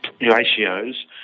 ratios